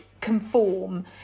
conform